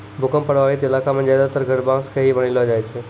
भूकंप प्रभावित इलाका मॅ ज्यादातर घर बांस के ही बनैलो जाय छै